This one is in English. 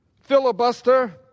filibuster